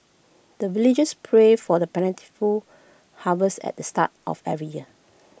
the villagers pray for the plentiful harvest at the start of every year